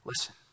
listen